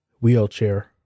wheelchair